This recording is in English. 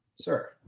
Sir